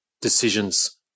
decisions